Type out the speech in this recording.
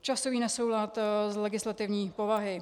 Časový nesoulad legislativní povahy.